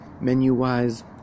menu-wise